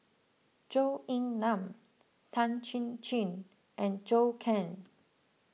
Zhou Ying Nan Tan Chin Chin and Zhou Can